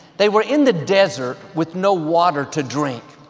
they were in the desert with no water to drink.